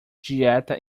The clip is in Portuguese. dieta